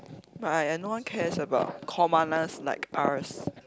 but eh no one cares about commoners like us